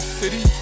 city